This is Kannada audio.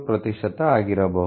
93 ಆಗಿರಬಹುದು